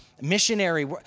missionary